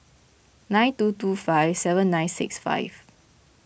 nine two two five seven nine six five